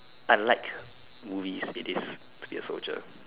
unlike movies it is to be a soldier